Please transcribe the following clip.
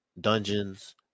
dungeons